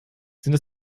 sind